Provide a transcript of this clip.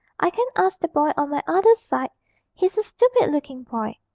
i can ask the boy on my other side he's a stupid-looking boy,